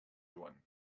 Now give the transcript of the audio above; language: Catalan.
joan